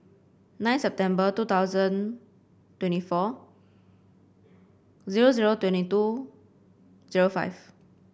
nine September two thousand twenty four zero zero twenty two zero five